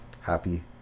Happy